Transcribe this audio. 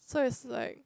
so is like